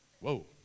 Whoa